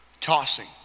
tossing